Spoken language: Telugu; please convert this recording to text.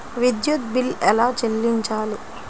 విద్యుత్ బిల్ ఎలా చెల్లించాలి?